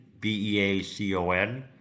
B-E-A-C-O-N